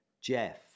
Jeff